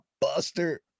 buster